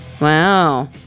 Wow